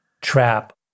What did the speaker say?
trap